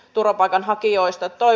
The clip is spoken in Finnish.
turvapaikanhakijoista tai